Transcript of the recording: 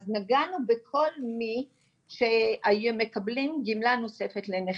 אז נגענו בכל מי שמקבלים גמלה נוספת לנכה.